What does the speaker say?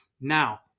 Now